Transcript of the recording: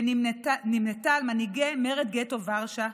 ונמנתה עם מנהיגי מרד גטו ורשה,